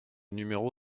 numéro